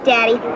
Daddy